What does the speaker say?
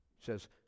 says